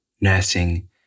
nursing